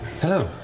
Hello